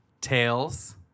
Tails